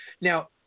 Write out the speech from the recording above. now